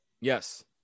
yes